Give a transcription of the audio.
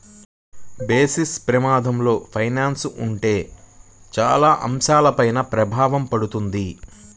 basis ప్రమాదంలో finance ఉంటే చాలా అంశాలపైన ప్రభావం పడతది